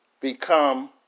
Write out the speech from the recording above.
become